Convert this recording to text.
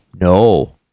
no